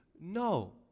No